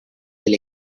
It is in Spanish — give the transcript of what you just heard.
del